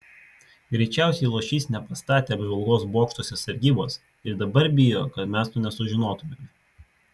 greičiausiai luošys nepastatė apžvalgos bokštuose sargybos ir dabar bijo kad mes to nesužinotumėme